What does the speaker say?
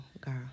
girl